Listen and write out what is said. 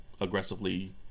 aggressively